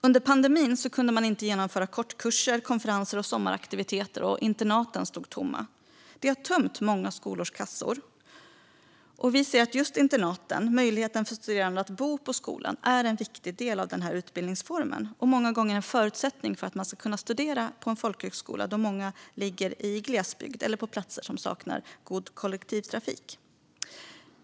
Under pandemin kunde man inte genomföra kortkurser, konferenser och sommaraktiviteter, och internaten stod tomma. Det har tömt många skolors kassor. Just internaten, möjligheten för studerande att bo på skolan, är en viktig del av utbildningsformen. Det är många gånger en förutsättning för att man ska kunna studera på en folkhögskola då många ligger i glesbygd, eller på platser som saknar god kollektivtrafik.